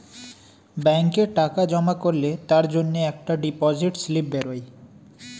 ব্যাংকে টাকা জমা করলে তার জন্যে একটা ডিপোজিট স্লিপ বেরোয়